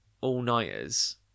all-nighters